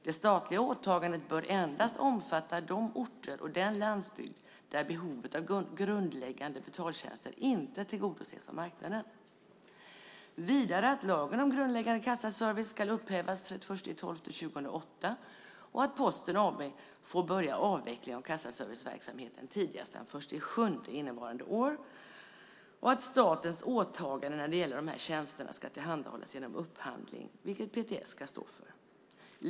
Det statliga åtagandet bör endast omfatta de orter och den landsbygd där behovet av grundläggande betaltjänster inte tillgodoses av marknaden. Vidare ska lagen om grundläggande kassaservice upphävas den 31 december 2008, och Posten AB får börja avvecklingen av kassaserviceverksamheten tidigast den 1 juli innevarande år. Dessutom ska statens åtagande när det gäller de här tjänsterna tillhandahållas genom upphandling, vilken PTS ska stå för.